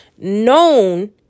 Known